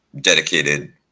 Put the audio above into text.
dedicated